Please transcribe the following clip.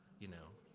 you know.